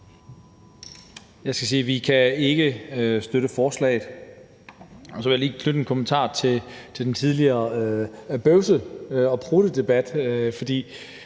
Jeg skal sige, at vi ikke kan støtte forslaget. Og så vil jeg lige knytte en kommentar til den tidligere bøvse- og pruttedebat,